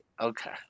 okay